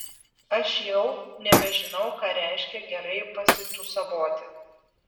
aš jau nebežinau ką reiškia gerai pasitūsavoti